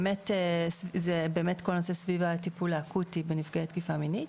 זה כל הנושא סביב הטיפול האקוטי בנפגעי תקיפה מינית.